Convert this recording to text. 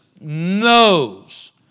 knows